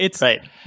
Right